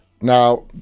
Now